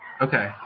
okay